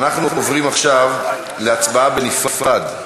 אנחנו עוברים עכשיו להצבעה בנפרד,